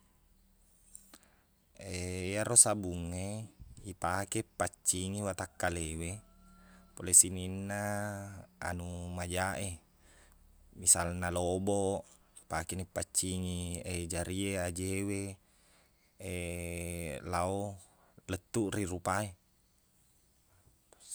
Iyaro sabung e ipake paccingi watakkalewe pole sininna anu majaq e misalna loboq ipakeni paccingi e jari e aje we lao lettuq ri rupa e